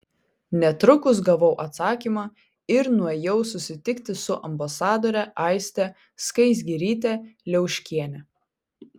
netrukus gavau atsakymą ir nuėjau susitikti su ambasadore aiste skaisgiryte liauškiene